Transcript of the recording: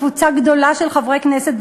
קבוצה גדולה של חברי כנסת,